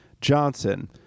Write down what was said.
Johnson